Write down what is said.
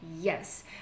Yes